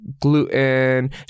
gluten